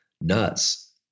nuts